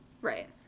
Right